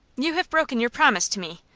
you have broken your promise to me!